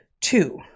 Two